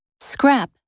Scrap